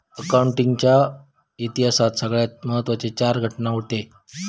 accounting च्या इतिहासात सगळ्यात महत्त्वाचे चार घटना हूते